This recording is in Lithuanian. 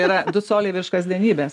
yra du coliai virš kasdienybės